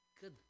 Good